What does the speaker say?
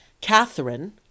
Catherine